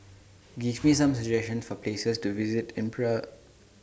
Give Me Some suggestions For Places to visit in Praia